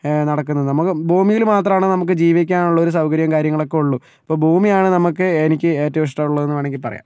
നടക്കുന്നത് നമുക്ക് ഭൂമിയിൽ മാത്രമാണ് നമുക്ക് ജീവിക്കാനുള്ളൊരു സൗകര്യവും കാര്യങ്ങളൊക്കെ ഉളളൂ ഇപ്പോൾ ഭൂമിയാണ് നമുക്ക് എനിക്ക് ഏറ്റവും ഇഷ്ടമുള്ളതെന്ന് വേണമെങ്കിൽ പറയാം